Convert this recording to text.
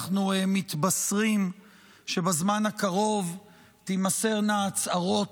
אנחנו מתבשרים שבזמן הקרוב תימסרנה הצהרות